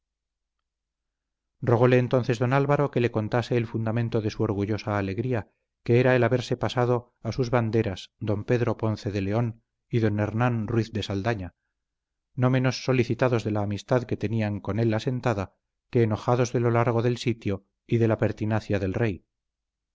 entonces don álvaro que le contase el fundamento de su orgullosa alegría que era el haberse pasado a sus banderas don pedro ponce de león y don hernán ruiz de saldaña no menos solicitados de la amistad que tenían con él asentada que enojados de lo largo del sitio y de la pertinacia del rey